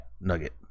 Nugget